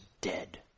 dead